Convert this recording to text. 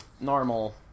normal